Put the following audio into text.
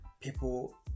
people